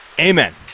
amen